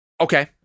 Okay